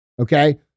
Okay